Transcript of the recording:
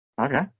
Okay